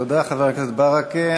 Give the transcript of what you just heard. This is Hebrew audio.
תודה, חבר הכנסת ברכה.